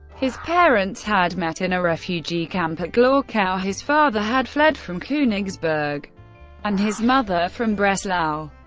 his parents had met in a refugee camp at glauchau, his father had fled from konigsberg and his mother from breslau.